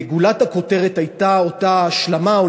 וגולת הכותרת הייתה אותה השלמה או